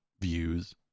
views